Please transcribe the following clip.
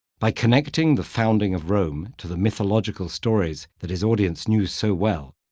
by connecting the founding of rome to the mythological stories that his audience knew so well,